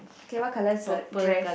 okay what color is her dress